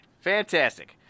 Fantastic